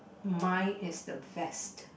mine is the vest